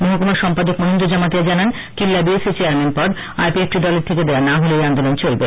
মহকুমা সম্পাদক মলীন্দ্র জমাতিয়া জানান কিল্লা বিএসি চেয়ারম্যান পদ আইপিএফটি দলের থেকে দেওয়া না হলে এই আন্দোলন চলবে